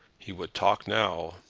he would talk now.